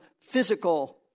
physical